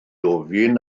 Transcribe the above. ofyn